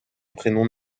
prénom